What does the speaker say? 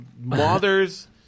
mothers